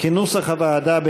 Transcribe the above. כנוסח הוועדה,